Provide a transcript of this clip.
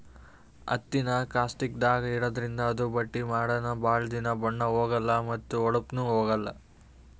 ಹತ್ತಿನಾ ಕಾಸ್ಟಿಕ್ದಾಗ್ ಇಡಾದ್ರಿಂದ ಅದು ಬಟ್ಟಿ ಮಾಡನ ಭಾಳ್ ದಿನಾ ಬಣ್ಣಾ ಹೋಗಲಾ ಮತ್ತ್ ಹೋಳಪ್ನು ಹೋಗಲ್